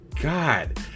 god